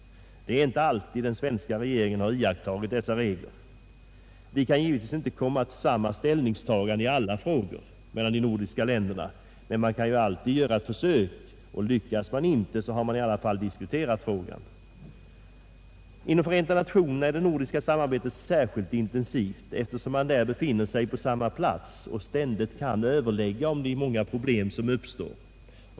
Den svenska regeringen har inte alltid iakttagit dessa regler. Vi kan givetvis inte komma till samma ställningstagande i alla frågor mellan de nordiska länderna, men man kan ju alltid göra ett försök. Lyckas man inte, så har man i alla fall diskuterat frågan. Inom Förenta nationerna är det nordiska samarbetet särskilt intensivt, eftersom man där befinner sig på samma plats och ständigt kan överlägga om de många problem som uppstår.